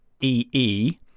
EE